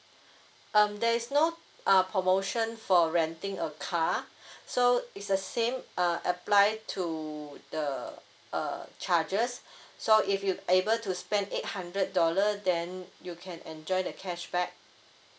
um there is no uh promotion for renting a car so is the same uh apply to the uh charges so if you able to spend eight hundred dollar then you can enjoy the cashback